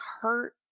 hurt